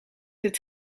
het